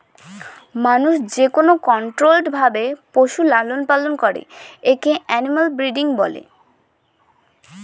মানুষ যেকোনো কন্ট্রোল্ড ভাবে পশুর লালন পালন করে তাকে এনিম্যাল ব্রিডিং বলে